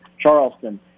Charleston